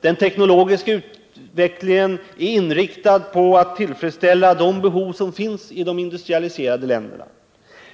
Den teknologiska utvecklingen är inriktad på att tillfredsställa de behov som finns ide industrialiserade länderna.